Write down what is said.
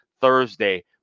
Thursday